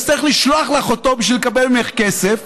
הוא יצטרך לשלוח לך אותו כדי לקבל ממך כסף,